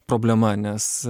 problema nes